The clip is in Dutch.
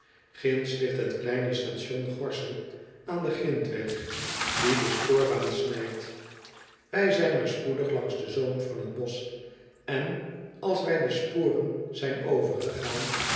ginds ligt het kleine station g o r s s e l aan den grintweg die de spoorbaan snijdt wij zijn er spoedig langs den zoom van het bosch en als wij de sporen zijn overgegaan